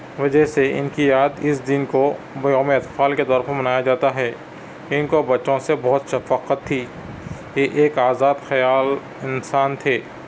وجہ سے اِن کی یاد اِس دِن کو یوم اطفال کے طور پر منایا جاتا ہے اِن کو بچوں سے بہت شفقت تھی یہ ایک آزاد خیال انسان تھے